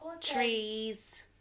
trees